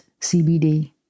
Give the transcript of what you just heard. CBD